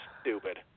stupid